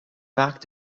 vaak